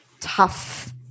tough